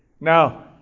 Now